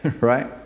right